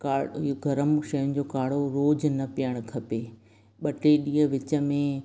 कई गरम शयुनि जो काढ़ो रोज़ु न पीअणु खपे ॿ टे ॾींहं विच में